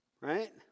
Right